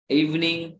evening